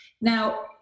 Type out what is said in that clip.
now